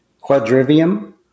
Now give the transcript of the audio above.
Quadrivium